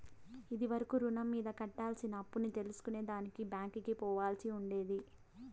ఇది వరకు రుణం మీద కట్టాల్సిన అప్పుని తెల్సుకునే దానికి బ్యాంకికి పోవాల్సి ఉండేది